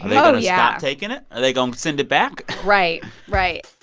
yeah oh, yeah. taking it? are they going to send it back? right. right